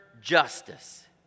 justice